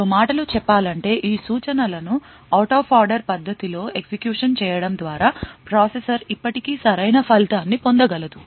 మరో మాటలో చెప్పాలంటే ఈ సూచనలను out of order పద్ధతి లో ఎగ్జిక్యూషన్ చేయడం ద్వారా ప్రాసెసర్ ఇప్పటికీ సరైన ఫలితాన్ని పొందగలదు